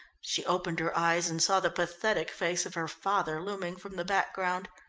she opened her eyes and saw the pathetic face of her father looming from the background.